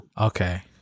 Okay